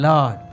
Lord